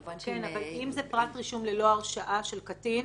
אם זה פרט רישום ללא הרשעה של קטין,